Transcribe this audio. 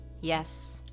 yes